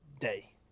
day